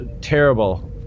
terrible